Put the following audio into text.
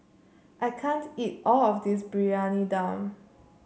I can't eat all of this Briyani Dum